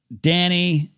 Danny